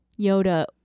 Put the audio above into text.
Yoda